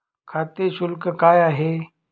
खाते शुल्क काय आहे?